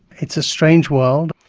it's a strange world.